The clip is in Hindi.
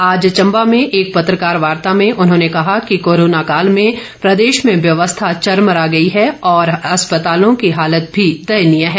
आज चंबा में एक पत्रकार वार्ता में उन्होंने कहा कि कोरोना काल में प्रदेश में व्यवस्था चरमरा गई हैं और अस्पतालों की हालत भी दयनीय है